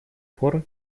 пор